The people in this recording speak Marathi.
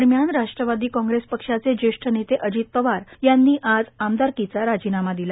दरम्यान राष्ट्रवादी काँग्रेस पक्षाचे ज्येष्ठ नेते अजित पवार यांनी आज आमदारकीचा राजीनामा दिला